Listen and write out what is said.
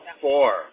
four